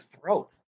throat